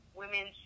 women